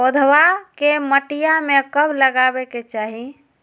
पौधवा के मटिया में कब लगाबे के चाही?